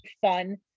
fun